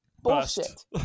bullshit